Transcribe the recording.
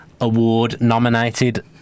Award-nominated